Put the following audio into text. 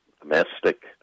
domestic